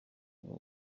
ubwo